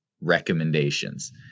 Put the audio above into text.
recommendations